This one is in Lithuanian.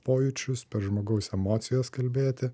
pojūčius per žmogaus emocijas kalbėti